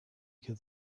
could